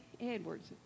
Edwards